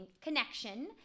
connection